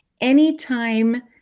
Anytime